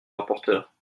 rapporteur